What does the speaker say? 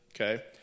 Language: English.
Okay